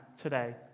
today